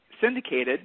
syndicated